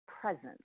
presence